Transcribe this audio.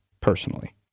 personally